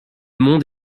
monde